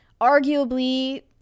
arguably